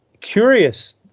curious